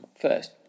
first